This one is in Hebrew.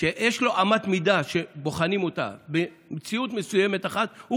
שיש לו אמת מידה שבוחנים אותה ומציאות מסוימת אחת,